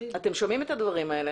אתם שומעים את הדברים האלה.